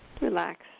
relax